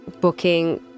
booking